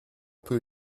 peu